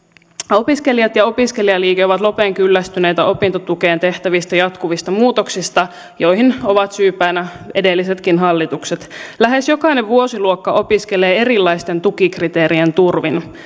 opiskelijat ja opiskelijaliike ovat lopen kyllästyneitä opintotukeen tehtävistä jatkuvista muutoksista joihin ovat syypäinä edellisetkin hallitukset lähes jokainen vuosiluokka opiskelee erilaisten tukikriteerien turvin